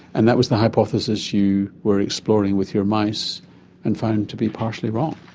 and that was the hypothesis you were exploring with your mice and found to be partially wrong.